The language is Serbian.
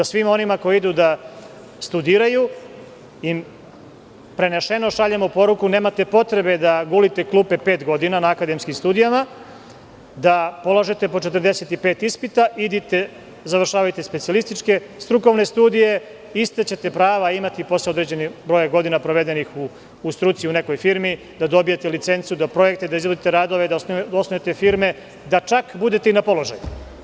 Svima onima koji studiraju šaljemo poruku – nemate potrebe da gulite klupe pet godina na akademskim studijama, da polažete po 45 ispita, idite, završavajte specijalističke strukovne studije i ista ćete prava imati posle određenog broja godina provedenih u struci u nekoj firmi, dobićete licencu za projekte, da izvodite radove, da osnujete firme, da čak budete i na položaju.